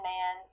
Man